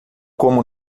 como